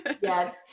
yes